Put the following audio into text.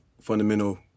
fundamental